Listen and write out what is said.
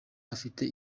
afite